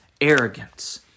arrogance